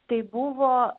tai buvo